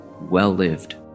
well-lived